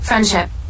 Friendship